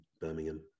Birmingham